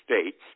states